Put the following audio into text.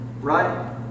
right